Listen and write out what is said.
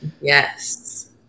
Yes